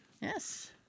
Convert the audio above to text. Yes